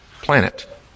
planet